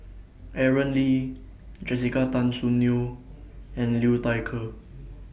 Aaron Lee Jessica Tan Soon Neo and Liu Thai Ker